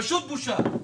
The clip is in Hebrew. פשוט בושה.